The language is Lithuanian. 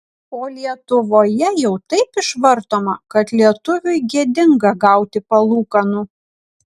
o lietuvoje jau taip išvartoma kad lietuviui gėdinga gauti palūkanų